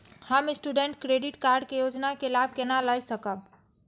हम student credit card के योजना के लाभ केना लय सकब?